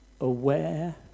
aware